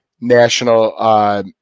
national